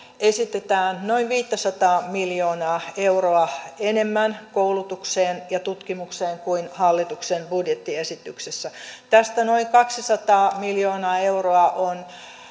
esitetään noin viittäsataa miljoonaa euroa enemmän koulutukseen ja tutkimukseen kuin hallituksen budjettiesityksessä tästä noin kaksisataa miljoonaa euroa on